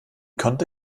konnte